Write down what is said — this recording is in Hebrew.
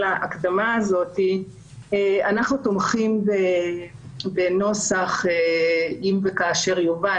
--- אנחנו תומכים בנוסח אם וכאשר יובא.